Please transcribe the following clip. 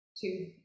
two